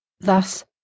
Thus